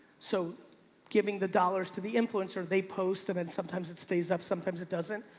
so giving the dollars to the influencer, they post and and sometimes it stays up, sometimes it doesn't.